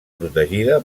protegida